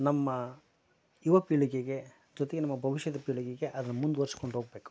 ನಮ್ಮ ಯುವ ಪೀಳಿಗೆಗೆ ಜೊತೆಗೆ ನಮ್ಮ ಭವಿಷ್ಯದ ಪೀಳಿಗೆಗೆ ಅದನ್ನ ಮುಂದ್ವರ್ಸ್ಕೊಂಡು ಹೋಗಬೇಕು